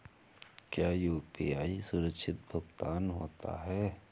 क्या यू.पी.आई सुरक्षित भुगतान होता है?